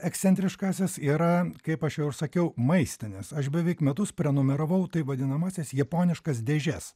ekscentriškasis yra kaip aš jau ir sakiau maistinis nes aš beveik metus prenumeravau tai vadinamąsias japoniškas dėžes